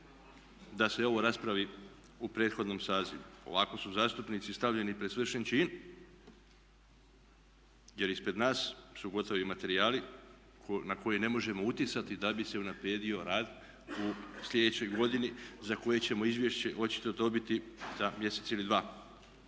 da se ovo raspravi u prethodnom sazivu. Ovako su zastupnici stavljeni pred svršen čin, jer ispred nas su gotovi materijali na koje ne možemo utjecati da bi se unaprijedio rad u sljedećoj godini za koje ćemo izvješće očito dobiti za mjesec ili dva.